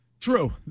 True